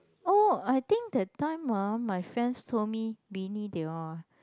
oh I think that time ah my friends told me Winnie they all ah